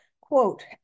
Quote